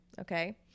Okay